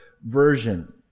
version